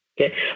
Okay